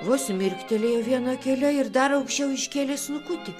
vos mirktelėjo viena akele ir dar aukščiau iškėlė snukutį